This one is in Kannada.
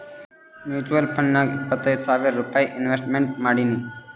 ಮುಚುವಲ್ ಫಂಡ್ನಾಗ್ ಇಪ್ಪತ್ತು ಸಾವಿರ್ ರೂಪೈ ಇನ್ವೆಸ್ಟ್ಮೆಂಟ್ ಮಾಡೀನಿ